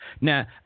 Now